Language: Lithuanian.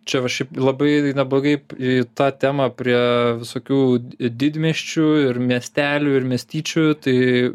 čia va šiaip labai neblogai į tą temą prie visokių didmiesčių ir miestelių ir miestyčių tai